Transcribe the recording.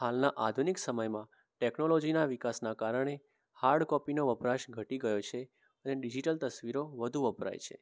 હાલના આધુનિક સમયમાં ટેક્નોલોજીના વિકાસના કારણે હાર્ડ કોપીનો વપરાશ ઘટી ગયો છે અને ડીજિટલ તસવીરો વધું વપરાય છે